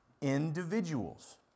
individuals